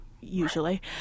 usually